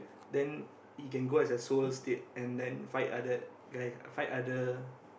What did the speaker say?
then he can go as a soul state and then fight other guy fight other